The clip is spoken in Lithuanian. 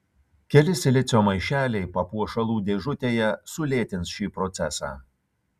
keli silicio maišeliai papuošalų dėžutėje sulėtins šį procesą